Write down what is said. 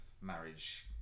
marriage